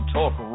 Talk